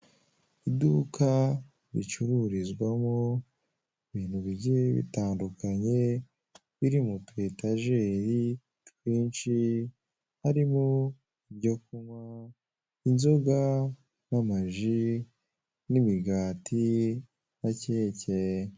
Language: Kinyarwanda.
Iduka ricururizwamo ibintu bigiye bitandukanye biri mutwetajeri twinshi harimo ibyokunkwa inzoga n'amaji n'imigati na cyecye.